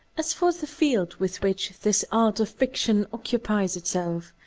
as for the field with which this art of fiction occupies itself,